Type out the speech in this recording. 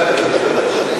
בזה שיקרתי.